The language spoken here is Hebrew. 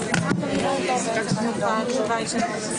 ננעלה בשעה